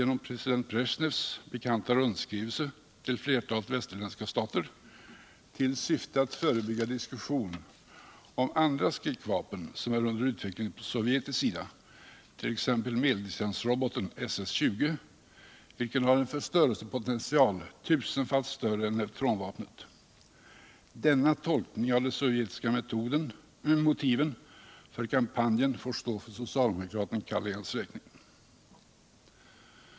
genom president Bresjnevs bekanta rundskrivelse ull flertalet västerländska stater — till syfte att förebygga diskussion om andra skräckvapen som är under utveckling på sovjetisk sida, 1. ex. medeldistansroboten SS 20, vilken har en förstörelsepotential tusenfalt större än neutronvapnets. Denna tolkning av de sovjetiska motiven för kampanjen får stå för socialdemokraten Callaghans räkning.